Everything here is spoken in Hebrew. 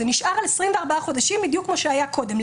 זה נשאר על 24 חודשים, בדיוק כמו שזה היה קודם.